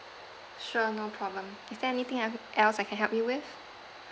sure no problem is there anything el~ else I can help you with